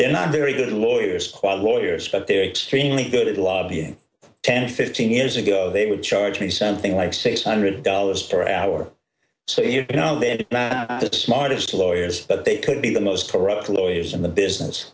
they're not very good lawyers quite lawyers but they're extremely good at lobbying ten fifteen years ago they would charge me something like six hundred dollars per hour so you know they had the smartest lawyers but they could be the most corrupt lawyers in the business